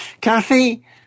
Kathy